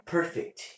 Perfect